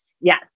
Yes